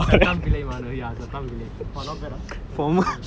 satham pillay manoj ya satham pillay !wah! not bad !huh!